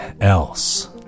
else